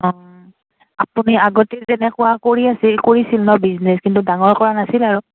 অঁ আপুনি আগতেই যেনেকুৱা কৰি আছিল কৰিছিল নহ্ বিজনেছ কিন্তু ডাঙৰ কৰা নাছিল আৰু